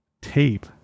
tape